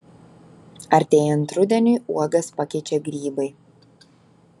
artėjant rudeniui uogas pakeičia grybai